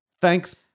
Thanks